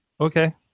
Okay